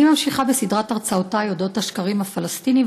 אני ממשיכה בסדרת הרצאותי על אודות השקרים הפלסטיניים,